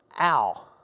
ow